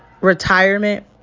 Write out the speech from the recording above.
retirement